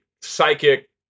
psychic